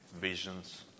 visions